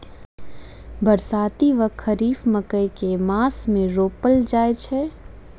बरसाती वा खरीफ मकई केँ मास मे रोपल जाय छैय?